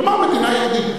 נאמר "מדינה יהודית".